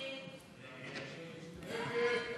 איציק שמולי,